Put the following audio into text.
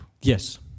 Yes